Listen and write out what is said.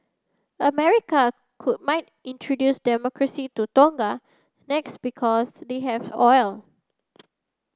America could might introduce Democracy to Tonga next because they have oil